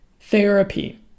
therapy